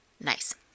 Nice